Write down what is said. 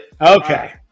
okay